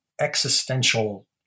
existential